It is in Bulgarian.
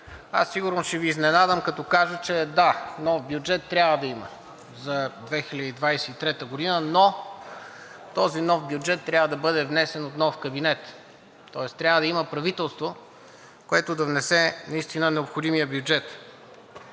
Аз сигурно ще Ви изненадам, като кажа, че да, нов бюджет трябва да има за 2023 г., но този нов бюджет трябва да бъде внесен от нов кабинет. Тоест трябва да има правителство, което да внесе необходимия бюджет.